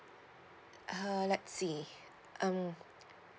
uh let's see um